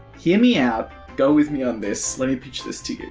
hear me out, go with me on this. let me pitch this to you.